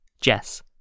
Jess